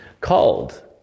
called